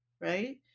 right